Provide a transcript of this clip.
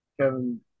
Kevin